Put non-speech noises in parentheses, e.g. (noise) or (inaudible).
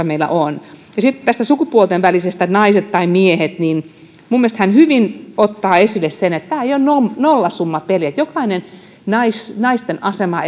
(unintelligible) meillä on sitten tästä sukupuolten välisestä tasa arvosta naiset tai miehet minun mielestäni hän hyvin ottaa esille sen että tämä ei ole nollasummapeliä jokainen naisten asemaa (unintelligible)